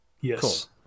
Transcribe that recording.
yes